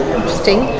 interesting